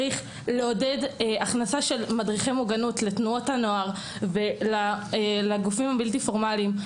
יש לעודד הכנסה של מדריכי מוגנות לתנועות הנוער ולגופים הבלתי פורמליים.